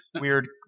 weird